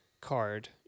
card